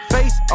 Face